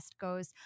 goes